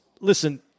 Listen